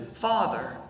father